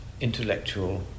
intellectual